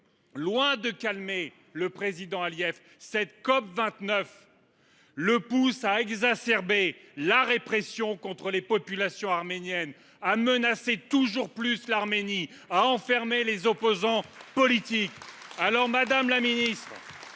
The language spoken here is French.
Loin de calmer le président Aliyev, l’organisation de la COP29 le pousse à exacerber la répression contre les populations arméniennes, à menacer toujours plus l’Arménie et à enfermer les opposants politiques. Madame la ministre,